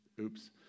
Oops